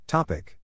Topic